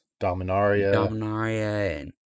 Dominaria